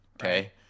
okay